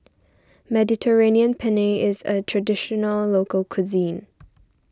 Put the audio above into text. Mediterranean Penne is a Traditional Local Cuisine